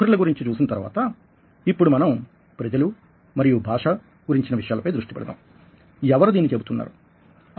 వైఖరుల గురించి చూసిన తర్వాత ఇప్పుడు మనం ప్రజలు మరియు భాష గురించిన విషయాలపై దృష్టి పెడదాం ఎవరు దీన్ని చెబుతున్నారు